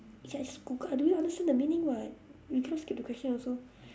ya it's google I don't even understand the meaning [what] we cannot skip the question also